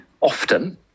often